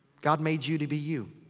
god made you to be you.